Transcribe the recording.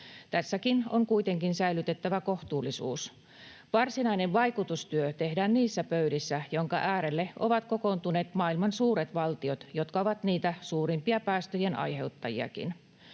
Tässäkin on kuitenkin säilytettävä kohtuullisuus. Varsinainen vaikutustyö tehdään niissä pöydissä, joiden äärelle ovat kokoontuneet maailman suuret valtiot, jotka ovat niitä suurimpia päästöjen aiheuttajiakin.